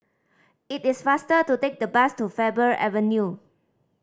it is faster to take the bus to Faber Avenue